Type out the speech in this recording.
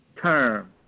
term